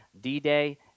D-Day